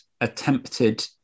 attempted